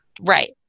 Right